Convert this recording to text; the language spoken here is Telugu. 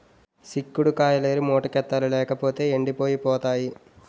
సిక్కుడు కాయిలేరి మూటకెత్తాలి లేపోతేయ్ ఎండిపోయి పోతాయి